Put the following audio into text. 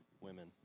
women